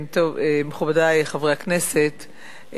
מכובדי חברי הכנסת,